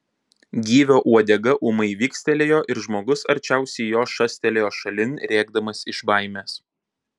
gyvio uodega ūmai vikstelėjo ir žmogus arčiausiai jo šastelėjo šalin rėkdamas iš baimės